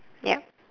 ya